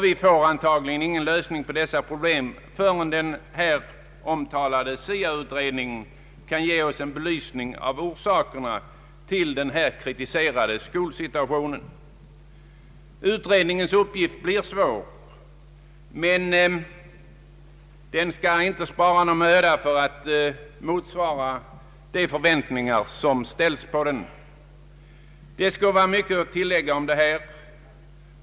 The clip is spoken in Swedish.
Vi får antagligen ingen lösning på dessa problem förrän den här omtalade SIA-utredningen kan ge oss en belysning av orsakerna till den kritiserade skolsituationen. Utredningens uppgift blir svår, men den skall inte spara någon möda för att motsvara de förväntningar som ställs på den. Det skulle vara mycket att tillägga i dessa frågor.